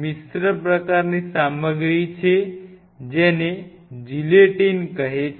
મિશ્ર પ્રકારની સામગ્રી છે જેને જિલેટીન કહે છે